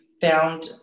found